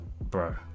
Bro